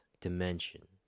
dimension